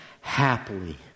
happily